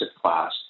class